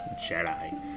Jedi